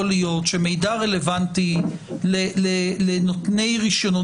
להיות שמידע רלוונטי לנותני רישיונות,